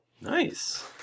Nice